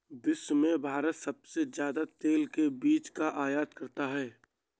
विश्व में भारत सबसे ज्यादा तेल के बीज का आयत करता है